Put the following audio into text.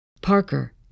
Parker